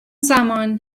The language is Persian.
زمان